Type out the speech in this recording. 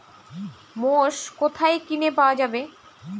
মোষ কোথায় কিনে পাওয়া যাবে?